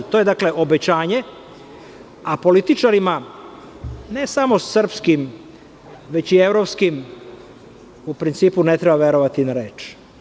To je, dakle, obećanje, a političarima, ne samo srpskim, već i evropskim, u principu ne treba verovati na reč.